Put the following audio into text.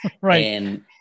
Right